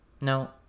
No